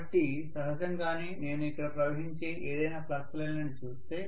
కాబట్టి సహజంగానే నేను ఇక్కడ ప్రవహించే ఏదైనా ఫ్లక్స్ లైన్లని చూస్తే